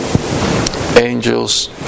Angels